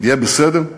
יהיה בסדר?